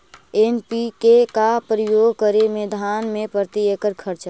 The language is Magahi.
एन.पी.के का प्रयोग करे मे धान मे प्रती एकड़ खर्चा?